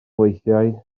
weithiau